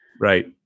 Right